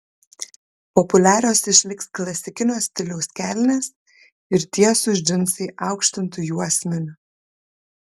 populiarios išliks klasikinio stiliaus kelnės ir tiesūs džinsai aukštintu juosmeniu